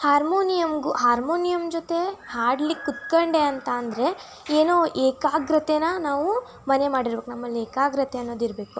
ಹಾರ್ಮೋನಿಯಮ್ಗೂ harmonium ಜೊತೆ ಹಾಡ್ಲಿಕ್ಕೆ ಕುತ್ಕೊಂಡೆ ಅಂತ ಅಂದರೆ ಏನೋ ಏಕಾಗ್ರತೆನಾ ನಾವು ಮನೆ ಮಾಡಿರ್ಬೇಕು ನಮ್ಮಲ್ಲಿ ಏಕಾಗ್ರತೆ ಅನ್ನೋದು ಇರಬೇಕು